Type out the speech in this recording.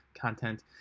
content